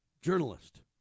journalist